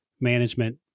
management